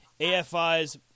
AFI's